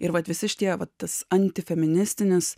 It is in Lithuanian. ir vat visi šitie va tas antifeministinis